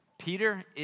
Peter